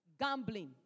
Gambling